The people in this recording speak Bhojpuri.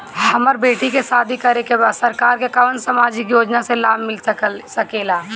हमर बेटी के शादी करे के बा सरकार के कवन सामाजिक योजना से लाभ मिल सके ला?